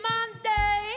Monday